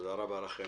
תודה רבה לכם.